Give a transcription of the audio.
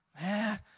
Man